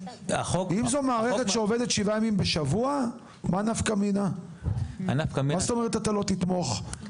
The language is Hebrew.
אם זו מערכת שעובדת כשבעה ימים בשבוע מה זאת אומרת אתה לא תתמוך,